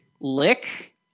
Lick